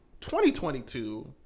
2022